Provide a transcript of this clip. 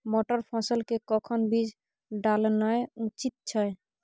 मटर फसल के कखन बीज डालनाय उचित छै?